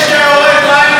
יורד, מה עם מיזוג רשת ו-10?